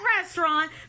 restaurant